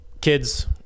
kids